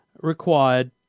required